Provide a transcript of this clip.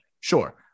Sure